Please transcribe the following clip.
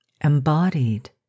embodied